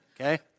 Okay